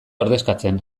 ordezkatzen